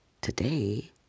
Today